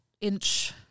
inch